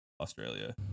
Australia